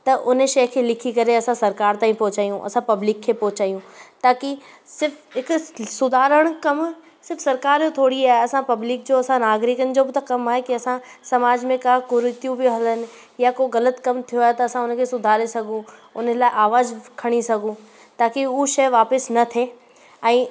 त उन शइ खे लिखी करे असां सरकार ताईं पहुचायूं असां पब्लिक खे पहुचायूं ताक़ी सिर्फ़ु हिकु सुधारण कम सिर्फ़ु सरकार जो थोरी आहे असां पब्लिक जो असां नागरिकनि जो बि त कमु आहे कि असां समाज में का कुर्तियूं बि हलनि या को ग़लति कम थियो आहे त असां उन खे सुधारे सघूं उन लाइ आवाज़ु खणी सघूं ताक़ी हू शइ वापसि न थिए ऐं